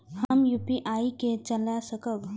हम यू.पी.आई के चला सकब?